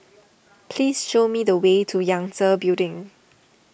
please show me the way to Yangtze Building